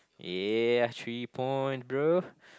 yeah three point bro